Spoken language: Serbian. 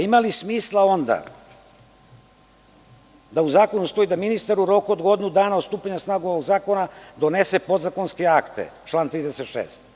Pa, ima li smisla onda da u zakonu stoji da ministar u roku od godinu dana od stupanja na snagu ovog zakona donese podzakonske akte, član 36.